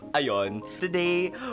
today